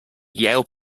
yale